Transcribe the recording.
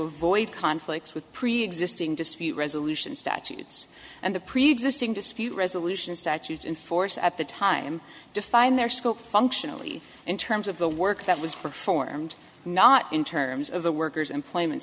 avoid conflicts with preexisting dispute resolution statutes and the preexisting dispute resolution statutes in force at the time defined their scope functionally in terms of the work that was performed not in terms of the workers employment